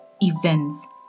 events